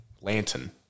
lantern